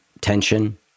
Tension